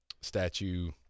statue